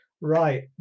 right